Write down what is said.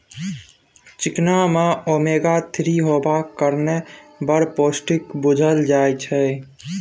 चिकना मे omega three हेबाक कारणेँ बड़ पौष्टिक बुझल जाइ छै